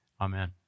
Amen